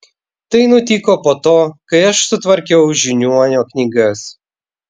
tai nutiko po to kai aš sutvarkiau žiniuonio knygas